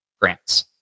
grants